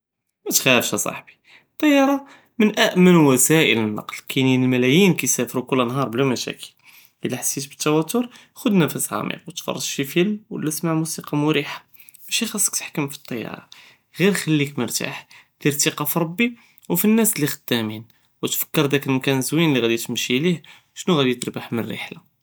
מתחאפש אצחבי, טיארה מן אָאמן ווסאיל אלנקל, קאינין מיליונים קיסאפרו כל נהאר בלא מושקל, אלא חסת בתוטור, חד נפס עמיק ו תפרג פי פילם ו לה אסמע מוזיקה מוריחה, משי חסכ תחכם פי אלטיארה, ג'יר חלי כמרتاح, דיר תיקה פי רבי ו פי הנאס אלחאדמין, ו תפקר דאק אלמקן הזוין לגאדי תמשי ליה ו שנו גאדי תרבה מאלרחל.